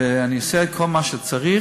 ואני אעשה את כל מה שצריך